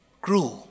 grew